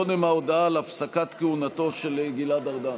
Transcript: קודם ההודעה על הפסקת כהונתו של גלעד ארדן,